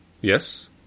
Yes